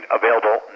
available